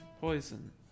poison